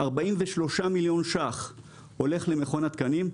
43 מיליון ש"ח הולך למכון התקנים,